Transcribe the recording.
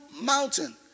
mountain